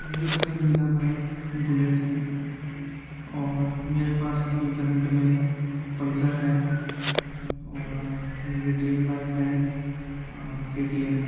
میری پسندیدہ bike Bullet ہے اور میرے پاس ابھی کرنٹ میں پلسر ہے اور میری ڈریم بائیک ہے کے ٹی ایم